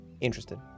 interested